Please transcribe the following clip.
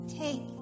take